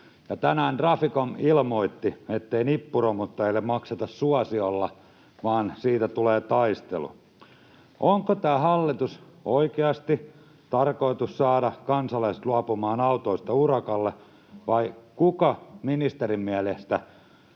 tänään Traficom ilmoitti, ettei nippuromuttajille makseta suosiolla, vaan siitä tulee taistelu. Onko tällä, hallitus, oikeasti tarkoitus saada kansalaiset luopumaan autoista urakalla, vai kuka arvoisan ministeri